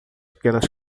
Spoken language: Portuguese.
pequenas